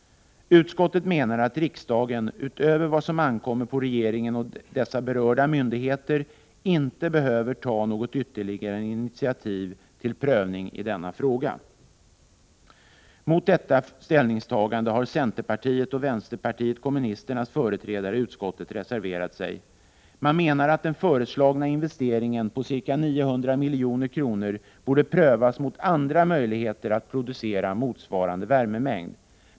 Utskottet menar att riksdagen, utöver vad som ankommer på regeringen och berörda myndigheter, inte behöver ta något ytterligare initiativ till prövning i denna fråga. Mot detta ställningstagande har centerpartiets och vänsterpartiet kommunisternas företrädare i utskottet reserverat sig. Man menar att den föreslagna investeringen på ca 900 milj.kr. borde prövas mot andra möjligheter att producera motsvarande värmemängd.